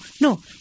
No